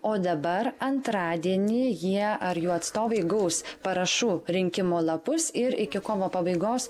o dabar antradienį jie ar jų atstovai gaus parašų rinkimo lapus ir iki kovo pabaigos